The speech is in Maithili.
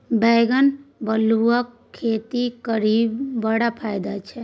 बैंगनी अल्हुआक खेती करबिही बड़ फायदा छै